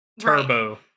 Turbo